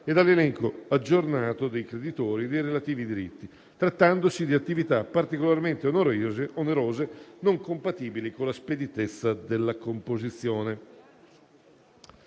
e dall'elenco aggiornato dei creditori dei relativi diritti, trattandosi di attività particolarmente onerose, non compatibili con la speditezza della composizione.